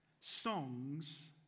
songs